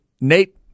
Nate